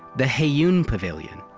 the heyoon pavillion.